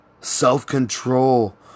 self-control